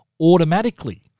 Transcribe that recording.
automatically